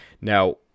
Now